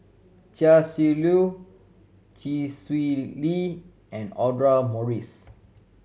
Chia Shi Lu Chee Swee Lee and Audra Morrice